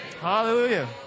Hallelujah